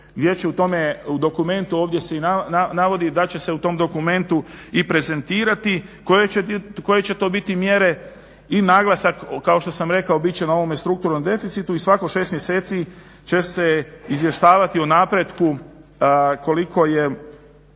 Gdje će u tome dokumentu, ovdje se i navodi, da će se u tome dokumentu i prezentirati koje će to biti mjere i naglasak kao što sam rekao biti će na ovome strukturnom deficitu i svako 6 mjeseci će se izvještavati o napretku koliko je,